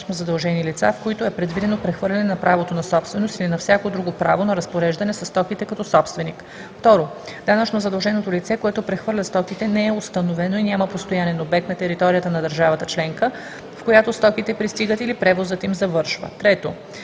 данъчно задължени лица, в който е предвидено прехвърляне на правото на собственост или на всяко друго право на разпореждане със стоките като собственик; 2. данъчно задълженото лице, което прехвърля стоките, не е установено и няма постоянен обект на територията на държавата членка, в която стоките пристигат или превозът им завършва; 3.